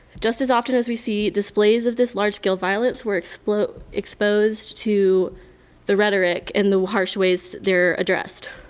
just as often as we see displays of this large-scale violence we're exposed exposed to the rhetoric and the harsh ways they're addressed.